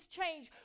change